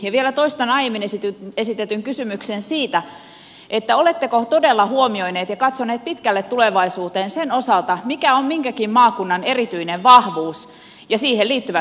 vielä toistan aiemmin esitetyn kysymyksen siitä oletteko todella huomioineet ja katsoneet pitkälle tulevaisuuteen sen osalta mikä on minkäkin maakunnan erityinen vahvuus ja siihen liittyvät koulutustarpeet